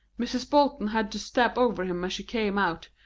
mrs. bolton had to step over him as she came out,